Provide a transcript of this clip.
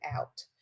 out